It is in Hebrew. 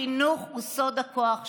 החינוך הוא סוד הכוח שלנו,